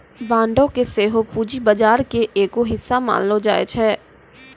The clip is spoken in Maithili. बांडो के सेहो पूंजी बजार के एगो हिस्सा मानलो जाय छै